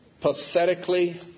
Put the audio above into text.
pathetically